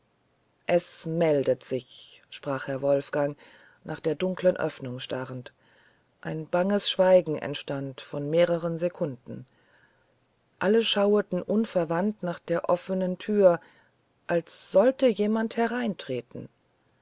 es meldet sich sprach herr wolfgang nach der dunklen öffnung starrend ein banges schweigen entstand von mehrern sekunden alle schaueten unverwandt nach der offnen tür als sollte jemand hereintreten